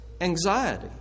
anxiety